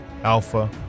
alpha